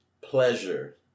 pleasure